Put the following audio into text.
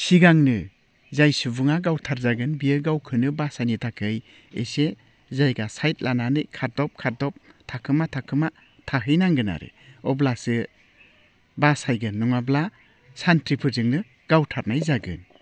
सिगांनो जाय सुबुङा गावथारजागोन बियो गावखौनो बासायनो थाखाय एसे जायगा साइद लानानै खारदब खारदब थाखोमा थाखोमा थाहैनांगोन आरो अब्लासो बासायगोन नङाब्ला सानथ्रिफोरजोंनो गावथारनाय जागोन